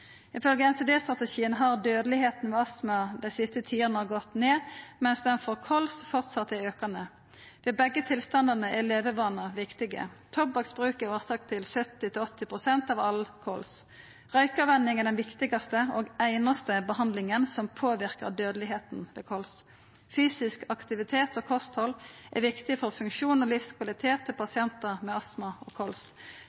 Ifølge NCD-strategien har dødelegheita ved astma dei siste tiåra gått ned, mens ho for kols framleis er aukande. Ved begge tilstandar er levevanar viktige. Tobakksbruk er årsak til 70–80 pst. av all kols. Røykeavvenning er den viktigaste og einaste behandlinga som påverkar dødelegheita ved kols. Fysisk aktivitet og kosthald er viktig for funksjon og livskvalitet til